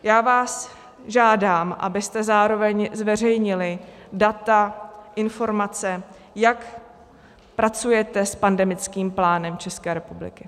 Já vás žádám, abyste zároveň zveřejnili data, informace, jak pracujete s pandemickým plánem České republiky.